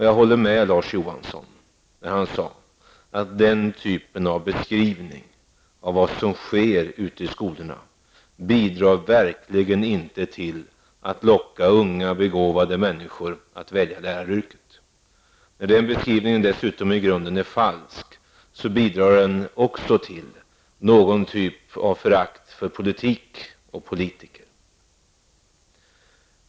Jag håller med Larz Johansson i det han sade om att den typen av beskrivning av vad som sker ute i skolorna verkligen inte bidrar till att locka unga begåvade människor att välja läraryrket. Eftersom den beskrivningen dessutom i grunden är falsk, bidrar den också till någon typ till förakt av politik och politiker.